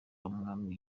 w’umwami